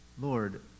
Lord